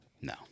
No